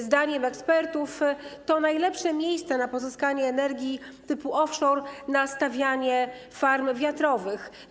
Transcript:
Zdaniem ekspertów to jest najlepsze miejsce na pozyskanie energii typu offshore, na stawianie farm wiatrowych.